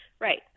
Right